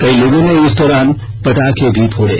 कई लोगों ने इस दौरान पटाखे भी फोड़े